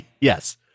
Yes